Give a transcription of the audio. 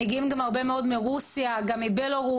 מגיעים גם הרבה מאוד מרוסיה, גם מבלארוס.